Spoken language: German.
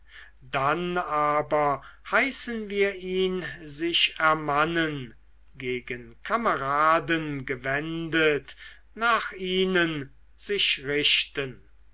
dann aber heißen wir ihn sich ermannen gegen kameraden gewendet nach ihnen sich richten